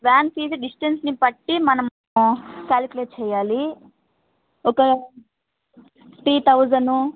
van fees డిస్టెన్స్ని బట్టి మనము కాల్క్యులేట్ చెయ్యాలి ఒక టూ థౌజండ్